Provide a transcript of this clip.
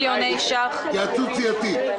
יעקב, די.